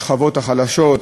בשכבות החלשות,